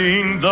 Sing